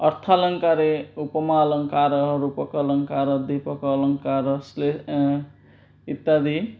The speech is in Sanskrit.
अर्थालङ्कारे उपमालङ्कारः रूपकालङ्कारः दीपकालङ्कारः स्ले इत्यादि